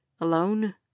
alone